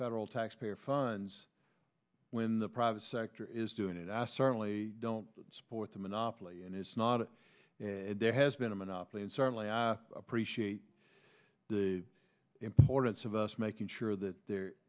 federal taxpayer funds when the private sector is doing it i certainly don't support the monopoly and it's not there has been a monopoly and certainly i appreciate the importance of us making sure that